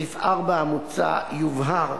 בסעיף 4 המוצע יובהר